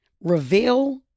Reveal